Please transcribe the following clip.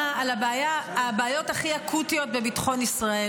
על הבעיות הכי אקוטיות בביטחון ישראל,